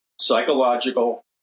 psychological